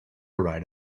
ride